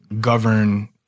govern—